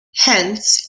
hence